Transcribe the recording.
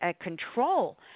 control